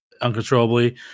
uncontrollably